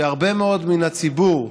שהרבה מאוד מן הציבור,